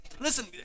listen